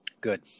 good